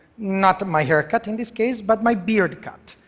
not my haircut in this case, but my beard cut.